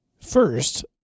First